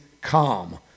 calm